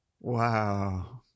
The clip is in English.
wow